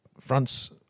fronts